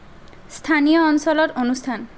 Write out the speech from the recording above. স্থানীয় অঞ্চলত অনুষ্ঠান